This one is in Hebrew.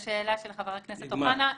לגבי השאלה של חבר הכנסת אוחנה,